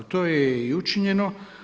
To je i učinjeno.